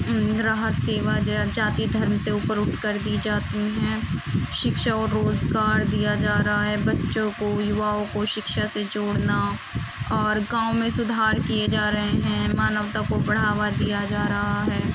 راحت سیوا جاتی دھرم سے اوپر اٹھ کر دی جاتی ہیں شکشا اور روزگار دیا جا رہا ہے بچوں کو یواؤں کو شکشا سے جوڑنا اور گاؤں میں سدھار کیے جا رہے ہیں مانوتا کو بڑھاوا دیا جا رہا ہے